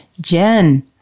Jen